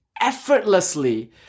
effortlessly